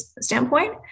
standpoint